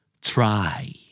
Try